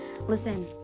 listen